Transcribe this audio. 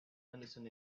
henderson